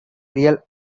real